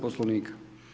Poslovnika.